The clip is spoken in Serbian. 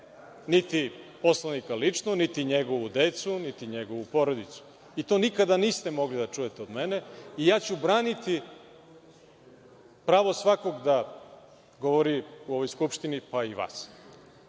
niti poslanika lično, niti njegovu decu, niti njegovu porodicu. To nikada niste mogli da čujete od mene i ja ću braniti pravo svakog da govori u ovoj Skupštini, pa i vas. Ali,